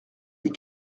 des